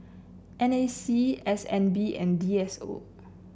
N A C S N B and D S O